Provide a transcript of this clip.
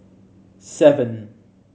seven